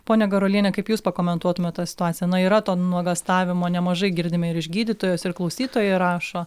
ponia garuoliene kaip jūs pakomentuotumėt tą situaciją na yra to nuogąstavimo nemažai girdime ir iš gydytojos ir klausytojai rašo